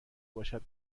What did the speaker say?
باشد